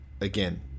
again